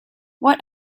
what